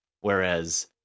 whereas